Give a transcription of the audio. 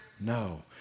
No